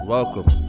Welcome